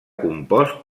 compost